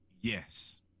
Yes